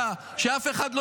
מה, ראש העיר?